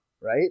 right